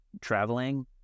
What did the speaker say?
traveling